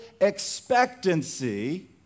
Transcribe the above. expectancy